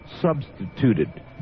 substituted